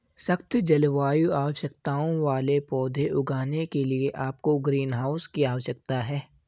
सख्त जलवायु आवश्यकताओं वाले पौधे उगाने के लिए आपको ग्रीनहाउस की आवश्यकता है